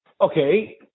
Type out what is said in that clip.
okay